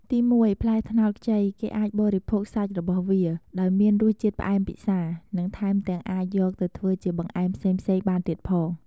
ទីមួយ ផ្លែត្នោតខ្ចីគេអាចបរិភោគសាច់របស់វា ដោយមានរសជាតិផ្អែមពិសា និងថែមទាំងអាចយកទៅធ្វើជាបង្អែមផ្សេងៗបានទៀតផង។